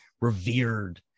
revered